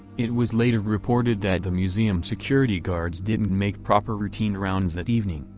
it was later reported that the museum security guards didn't make proper routine rounds that evening,